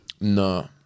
no